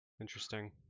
Interesting